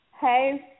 Hey